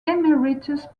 emeritus